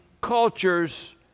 cultures